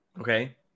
Okay